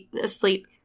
asleep